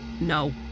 No